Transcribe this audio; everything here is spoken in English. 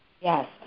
Yes